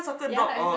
ya as the